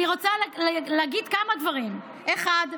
אני רוצה לומר כמה דברים: אחת,